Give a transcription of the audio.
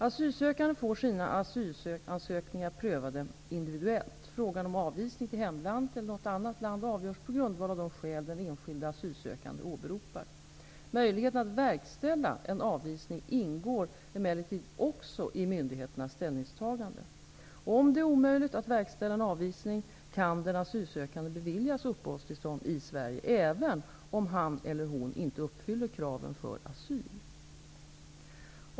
Asylsökande får sina asylansökningar prövade individuellt. Frågan om avvisning till hemlandet eller något annat land avgörs på grundval av de skäl den enskilde asylsökanden åberopar. Möjligheten att verkställa en avvisning ingår emellertid också i myndigheternas ställningstagande -- om det är omöjligt att verkställa en avvisning kan den asylsökande beviljas uppehållstillstånd i Sverige, även om han eller hon inte uppfyller kraven för asyl.